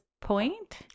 point